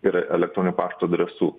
ir elektroninio pašto adresų